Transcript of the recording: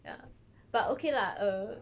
ya but okay lah uh